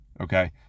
Okay